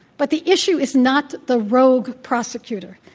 but the issue is not the rogue prosecutor.